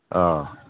ꯑꯥ